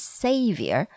savior